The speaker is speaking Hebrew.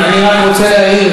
אני רק רוצה להעיר,